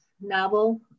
novel